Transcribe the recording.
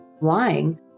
lying